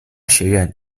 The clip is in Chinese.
学院